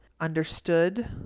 understood